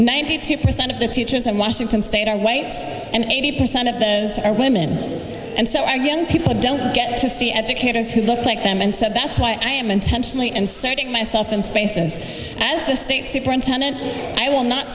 ninety two percent of the teachers in washington state are white and eighty percent of those are women and so our young people don't get to see educators who look like them and said that's why i am intentionally and setting myself in spaces as the state superintendent i will not